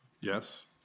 Yes